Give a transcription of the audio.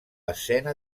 escena